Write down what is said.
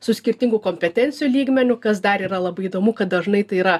su skirtingu kompetencijų lygmeniu kas dar yra labai įdomu kad dažnai tai yra